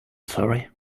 sorry